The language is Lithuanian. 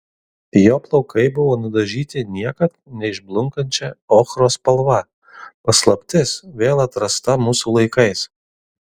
jo plaukai buvo nudažyti niekad neišblunkančia ochros spalva paslaptis vėl atrasta mūsų laikais